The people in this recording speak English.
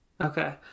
Okay